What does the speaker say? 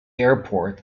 airport